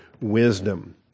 wisdom